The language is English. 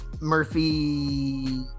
Murphy